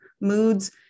moods